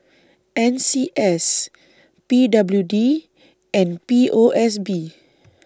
N C S P W D and P O S B